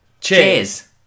Cheers